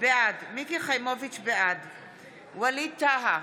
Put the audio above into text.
בעד ווליד טאהא,